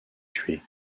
tué